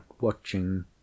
watching